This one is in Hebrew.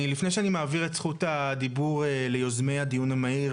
לפני שאני מעביר את זכות הדיבור ליוזמי הדיון המהיר,